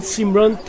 Simran